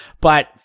But-